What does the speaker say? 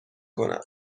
کنم